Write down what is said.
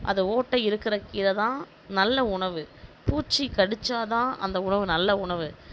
அதை ஓட்டை இருக்கிற கீரைதான் நல்ல உணவு பூச்சி கடித்தாதான் அந்த உணவு நல்ல உணவு